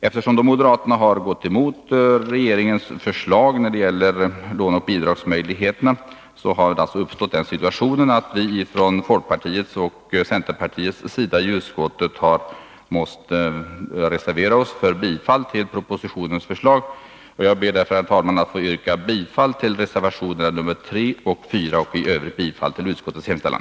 Eftersom moderaterna har gått emot regeringens förslag när det gäller låneoch bidragsmöjligheterna, har den situationen uppstått att vi från folkpartiets och centerpartiets sida i utskottet har måst reservera oss för bifall till propositionens förslag. Herr talman! Jag yrkar därför bifall till reservationerna 3 och 4 och i övrigt bifall till utskottets hemställan.